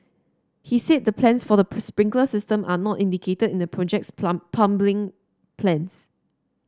he said the plans for the sprinkler system are not indicated in the project's plum plumbing plans